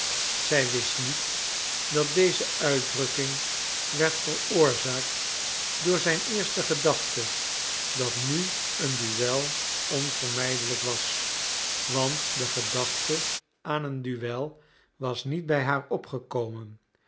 zij wist niet dat deze uitdrukking werd veroorzaakt door zijn eerste gedachte dat nu een duel onvermijdelijk was want de gedachte aan een duel was niet bij haar opgekomen